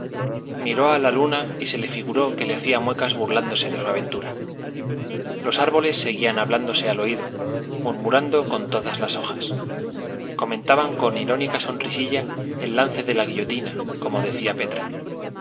miró a la luna y se le figuró que le hacía muecas burlándose de su aventura los árboles seguían hablándose al oído murmurando con todas las hojas comentaban con irónica sonrisilla el lance de la guillotina como decía petra